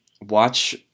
watch